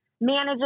managing